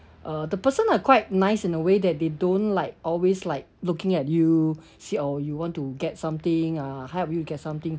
uh the person are quite nice in a way that they don't like always like looking at you say oh you want to get something uh help you get something